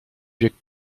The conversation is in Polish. wiek